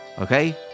okay